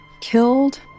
killed